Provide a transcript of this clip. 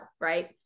Right